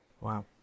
Wow